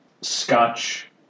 scotch